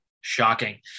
Shocking